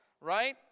Right